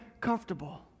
comfortable